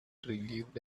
relieved